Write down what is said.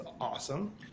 awesome